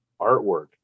artwork